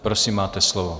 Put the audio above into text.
Prosím máte slovo.